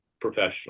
professional